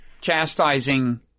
chastising